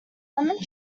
lemon